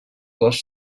cos